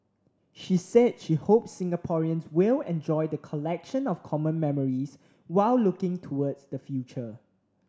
she said she hopes Singaporeans will enjoy the collection of common memories while looking towards the future